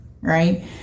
right